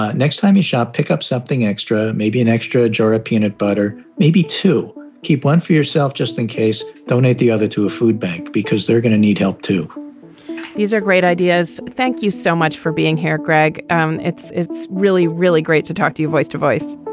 ah next time you shop, pick up something extra, maybe an extra jar of ah peanut butter, maybe to keep one for yourself just in case. donate the other to a food bank because they're gonna need help, too these are great ideas. thank you so much for being here, greg. um it's it's really, really great to talk to your voice device.